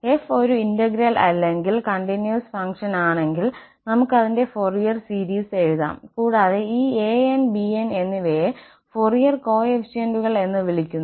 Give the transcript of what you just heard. f ഒരു integral അല്ലെങ്കിൽ തുടർച്ചയായ പ്രവർത്തനമാണെങ്കിൽ നമുക്ക് അതിന്റെ ഫോറിയർ ശ്രേണി എഴുതാം കൂടാതെ ഈ anS bnS എന്നിവയെ ഫോറിയർ കോഫിഫിഷ്യന്റുകൾ എന്ന് വിളിക്കുന്നു